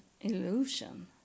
illusion